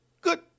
good